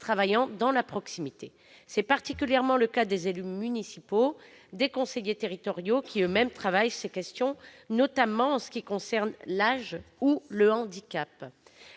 travaillant dans la proximité. C'est particulièrement le cas des élus municipaux et des conseillers territoriaux qui eux-mêmes travaillent sur ces questions, notamment en ce qui concerne l'âge ou le handicap.